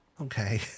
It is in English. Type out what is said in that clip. Okay